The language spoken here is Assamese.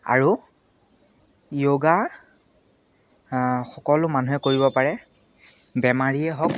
আৰু যোগা সকলো মানুহে কৰিব পাৰে বেমাৰীয়ে হওক